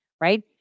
right